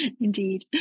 Indeed